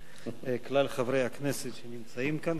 מכלל חברי הכנסת שנמצאים כאן כרגע.